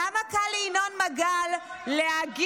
כמה קל לינון מגל להגיד,